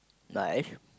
like